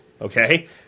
Okay